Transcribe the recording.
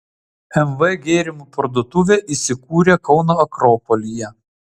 mv gėrimų parduotuvė įsikūrė kauno akropolyje